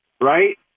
right